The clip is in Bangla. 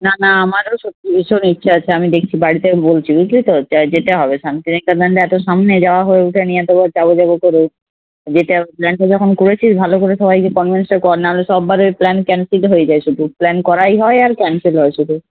না না আমারও সত্যি ভীষণ ইচ্ছে আছে আমি দেখছি বাড়িতে বলছি বুঝলি তো যা যেতে হবে শান্তিনিকেতন যে এতো সামনে যাওয়া হয়ে উঠে নি এতোবার যাবো যাবো করেও যেতে হবে প্ল্যানটা যখন করেছিস ভালো করে সবাইকে কনভিন্সটা কর নাহলে সব বারের প্ল্যান ক্যান্সেলটা হয়ে যায় শুধু প্ল্যান করাই হয় আর ক্যান্সেল হয় শুধু